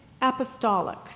apostolic